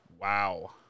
wow